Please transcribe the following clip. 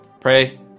pray